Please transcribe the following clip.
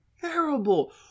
terrible